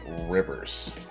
rivers